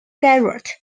garret